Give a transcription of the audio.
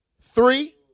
Three